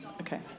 Okay